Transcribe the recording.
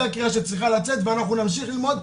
הקריאה שצריכה לצאת ואנחנו נמשיך ללמוד.